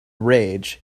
rage